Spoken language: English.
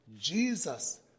Jesus